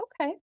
Okay